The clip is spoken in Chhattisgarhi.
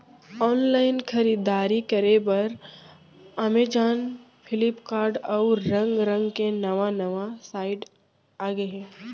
ऑनलाईन खरीददारी करे बर अमेजॉन, फ्लिपकार्ट, अउ रंग रंग के नवा नवा साइट आगे हे